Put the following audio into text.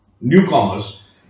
newcomers